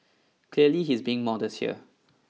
clearly he's being modest here